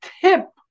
tip